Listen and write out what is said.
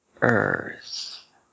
Earth